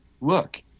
look